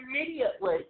immediately